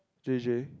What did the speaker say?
J_J